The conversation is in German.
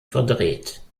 verdreht